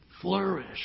flourish